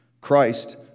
Christ